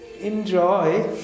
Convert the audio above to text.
Enjoy